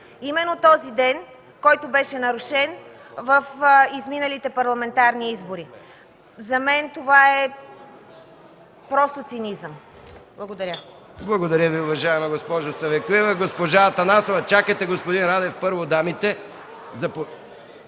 точно този ден беше нарушен в изминалите парламентарни избори. За мен това е просто цинизъм. Благодаря.